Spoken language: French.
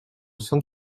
cent